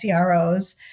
CROs